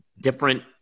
different